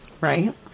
right